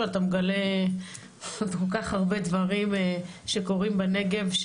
אתה מגלה עוד כל-כך הרבה דברים שקורים בנגב,